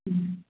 മ്മ്